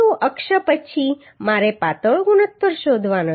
uu અક્ષ પછી મારે પાતળો ગુણોત્તર શોધવાનો છે